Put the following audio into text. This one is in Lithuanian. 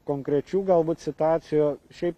konkrečių galbūt situacijų šiaip